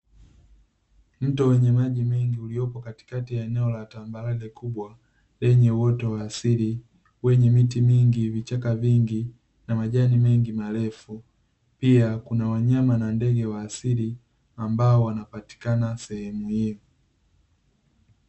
Mto wenye maji mengi uliopo katikati ya eneo la tambarare kubwa wenye uoto wa asili wenye miti mingi ,vichaka vingi na majani marefu .pia kuna wanyama na ndege wa asili ambao wanapatikana sehemu hiyo.